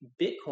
Bitcoin